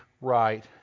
right